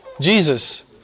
Jesus